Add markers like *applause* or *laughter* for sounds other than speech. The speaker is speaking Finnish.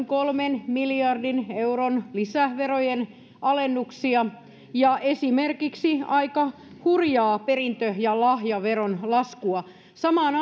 *unintelligible* kolmen miljardin euron lisäverojen alennuksia ja esimerkiksi aika hurjaa perintö ja lahjaveron laskua samaan *unintelligible*